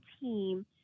team